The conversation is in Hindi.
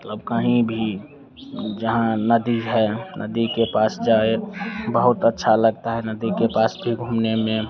मतलब कहीं भी जहाँ नदी है नदी के पास जाए बहुत अच्छा लगता है नदी के पास भी घूमने में